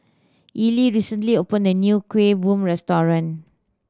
Ely recently opened a new Kueh Bom restaurant